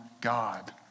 God